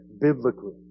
biblically